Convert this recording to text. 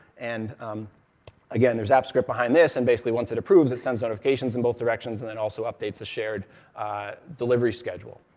and again, there's apps script behind this, and basically once it approves, it sends notifications in both directions, and then also updates the shared delivery schedule.